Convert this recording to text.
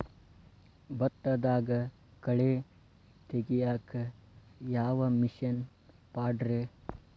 ಭತ್ತದಾಗ ಕಳೆ ತೆಗಿಯಾಕ ಯಾವ ಮಿಷನ್ ಪಾಡ್ರೇ?